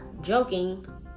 joking